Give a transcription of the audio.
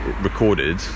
Recorded